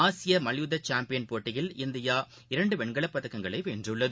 ஆசிய மல்யுத்த சாம்பியன் போட்டியில் இந்தியா இரண்டு வெண்கலப்பதக்கங்களை வென்றது